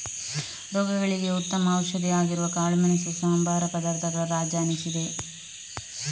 ರೋಗಗಳಿಗೆ ಉತ್ತಮ ಔಷಧಿ ಆಗಿರುವ ಕಾಳುಮೆಣಸು ಸಂಬಾರ ಪದಾರ್ಥಗಳ ರಾಜ ಅನಿಸಿದೆ